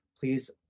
please